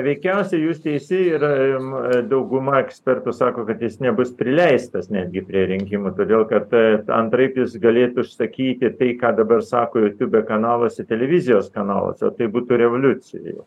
veikiausiai jūs teisi ir dauguma ekspertų sako kad jis nebus prileistas netgi prie rinkimų todėl kad antraip jis galėtų išsakyti tai ką dabar sako jutube kanaluose televizijos kanaluose tai būtų revoliucija jau